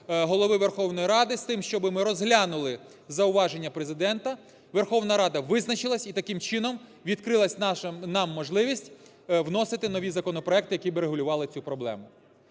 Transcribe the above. Голови Верховної Ради з тим, щоби ми розглянули зауваження Президента, Верховна Рада визначилася і таким чином відкрилась нам можливість вносити нові законопроекти, які б регулювали цю проблему.